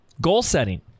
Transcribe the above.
goal-setting